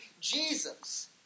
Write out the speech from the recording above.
Jesus